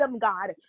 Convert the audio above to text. God